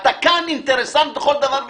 אתה כאן אינטרסנט לכל דבר ועניין.